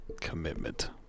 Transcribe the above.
commitment